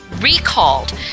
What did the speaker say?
recalled